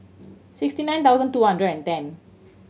sixty nine thousand two hundred and ten